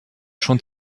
schon